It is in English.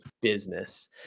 business